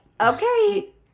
okay